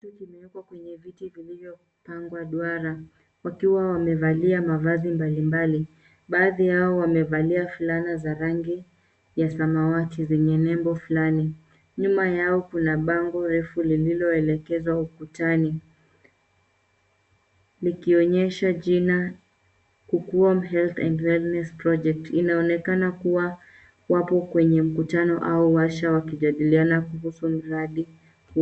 Kikundi kimewekwa kwenye viti vilivyopangwa duwara, wakiwa wamevalia mavazi mbalimbali. Baadhi yao wamevalia fulana za rangi ya samawati zenye nembo fulani. Nyuma yao kuna bango refu linaloelekezo ukutani. Likionyesha jina kukuom Health and Wellness Project . Inaonekana kuwa wapo kwenye mkutano au warsha wakijadiliana kuhusu mradi.